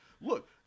Look